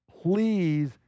please